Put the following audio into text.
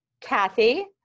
Kathy